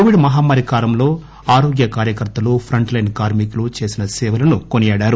Covid మహమ్మారి కాలంలో ఆరోగ్య కార్యకర్తలు ప్రంట్ లైన్ కార్కికులు చేసిన సేవలను కొనియాడారు